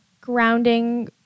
grounding